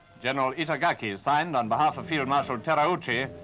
general itagaki signed on behalf of field marshal terauchi,